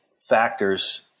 factors